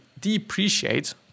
depreciate